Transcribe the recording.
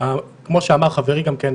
כמו שאמר חברי גם כן,